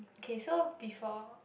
okay so before